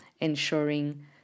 ensuring